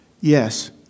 Yes